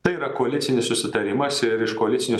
tai yra koalicinis susitarimas ir iš koalicinio